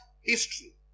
history